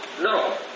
No